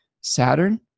saturn